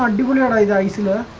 um ice ice and